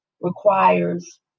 requires